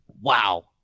Wow